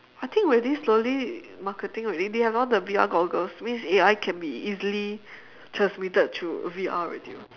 I think already slowly marketing already they have all the V_R goggles means A_I can be easily transmitted through V_R already [what]